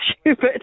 stupid